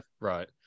Right